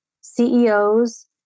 CEOs